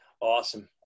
Awesome